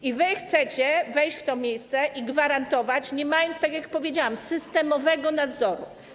I wy chcecie wejść w to miejsce i gwarantować, nie mając, tak jak powiedziałam, systemowego nadzoru.